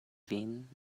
vin